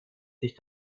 sich